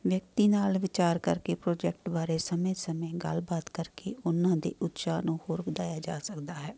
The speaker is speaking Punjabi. ਵਿਅਕਤੀ ਨਾਲ ਵਿਚਾਰ ਕਰਕੇ ਪ੍ਰੋਜੈਕਟ ਬਾਰੇ ਸਮੇਂ ਸਮੇਂ ਗੱਲਬਾਤ ਕਰਕੇ ਉਹਨਾਂ ਦੇ ਉਤਸ਼ਾਹ ਨੂੰ ਹੋਰ ਵਧਾਇਆ ਜਾ ਸਕਦਾ ਹੈ